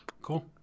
cool